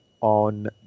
on